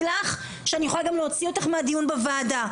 לך שאני יכולה גם להוציא אותך מהדיון בוועדה.